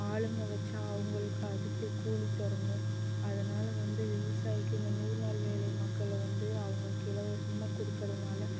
ஆளுங்க வச்சா அவங்களுக்கு அதுக்கு கூலி தரணும் அதனால் வந்து விவசாயிக்கு இங்கே நூறு நாள் வேலை மக்களை வந்து அவங்களுக்கு இலவசமாக கொடுக்குறதுனால